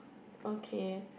okay